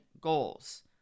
goals